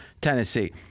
Tennessee